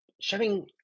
showing